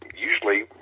Usually